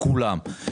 כולם.